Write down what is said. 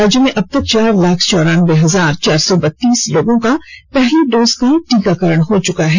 राज्य में अबतक चार लाख चौरानबे हजार चार सौ बतीस लोगों का पहली डोज का टीकाकरण हो चुका है